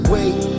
Wait